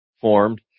formed